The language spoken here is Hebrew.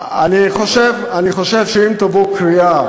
אני חושב שאם תבוא קריאה,